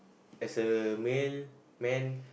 as a male man